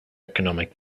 economic